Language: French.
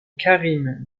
karim